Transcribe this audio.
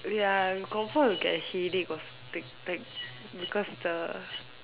ya I confirm will get a headache or something because the